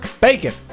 bacon